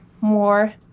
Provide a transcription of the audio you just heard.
more